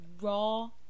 raw